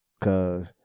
Cause